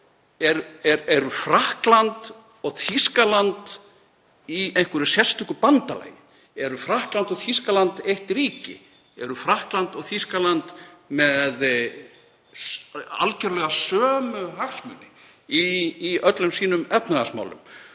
Eru Frakkland og Þýskaland í einhverju sérstöku bandalagi? Eru Frakkland og Þýskaland eitt ríki? Eru Frakkland og Þýskaland með algjörlega sömu hagsmuni í öllum efnahagsmálum